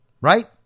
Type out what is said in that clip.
right